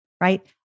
right